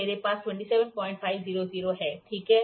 तो मेरे पास 27500 हैं ठीक है